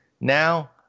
Now